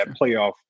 playoff